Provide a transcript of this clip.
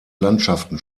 landschaften